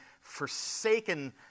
forsaken